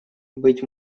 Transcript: быть